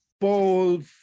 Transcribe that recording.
Paul